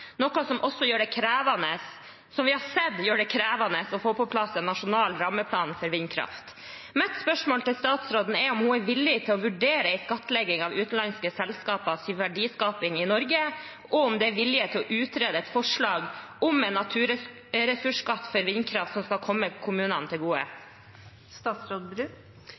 noe vi har sett gjør det krevende å få på plass en nasjonal rammeplan for vindkraft. Mitt spørsmål til statsråden er om hun er villig til å vurdere en skattlegging av utenlandske selskapers verdiskaping i Norge, og om det er villighet til å utrede et forslag om en naturressursskatt for vindkraft som skal komme kommunene til